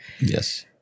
Yes